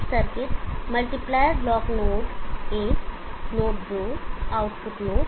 सब circuit multiplier block node एक node दो आउटपुट नोड